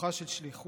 מכוחה של שליחות,